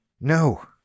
No